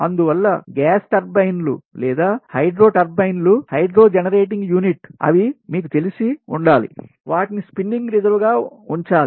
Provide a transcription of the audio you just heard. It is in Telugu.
అందువల్ల గ్యాస్ టర్బైన్లు లేదా హైడ్రో టర్బైన్లు హైడ్రో జనరేటింగ్ యూనిట్ అవి మీకు తెలిసి ఉండాలి వాటిని స్పిన్నింగ్ రిజర్వ్ గా ఉంచాలి